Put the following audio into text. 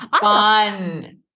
Fun